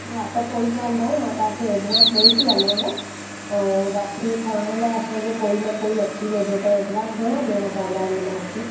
हा त कोई ॻाल्हि न आहे मां तव्हांखे एडवांस ॾेई थी वञाव ऐं बाक़ी खणण लाइ असांजो कोई न कोई अची वेंदो त एडवांस घणा ॾियणा पवंदा हिन महिल मूंखे